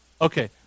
okay